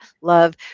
love